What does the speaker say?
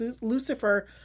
Lucifer